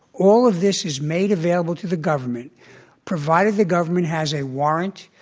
all of this is made available to the government provided the government has a warrant,